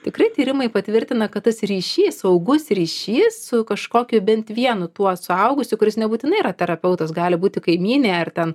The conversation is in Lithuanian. tikrai tyrimai patvirtina kad tas ryšys saugus ryšys su kažkokiu bent vienu tuo suaugusiu kuris nebūtinai yra terapeutas gali būti kaimynė ar ten